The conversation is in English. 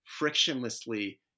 frictionlessly